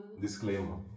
Disclaimer